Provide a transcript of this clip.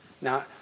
Now